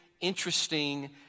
interesting